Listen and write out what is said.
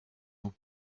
nous